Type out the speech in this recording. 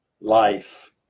life